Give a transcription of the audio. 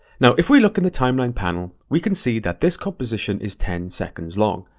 now if we look in the timeline panel, we can see that this composition is ten seconds long.